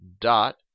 dot